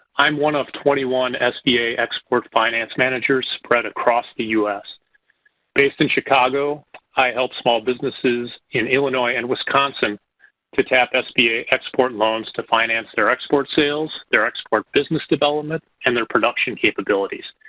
i'm one of twenty one sba expert finance managers spread across the us. based in chicago i helped small businesses in illinois and wisconsin to tap sba export loans to finance their export sales, their export business development, and their production capabilities.